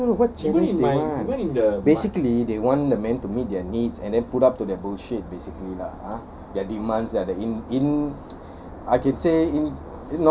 no what challenge they want basically they want the man to meet their needs and then put up to their bullshit basically lah ah their demands lah in in I can say in